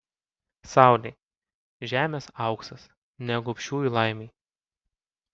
saulei žemės auksas ne gobšiųjų laimei